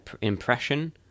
impression